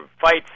fights